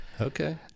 Okay